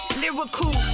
lyrical